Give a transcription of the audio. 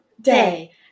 day